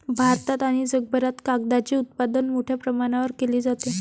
भारतात आणि जगभरात कागदाचे उत्पादन मोठ्या प्रमाणावर केले जाते